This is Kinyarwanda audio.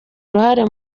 uruhare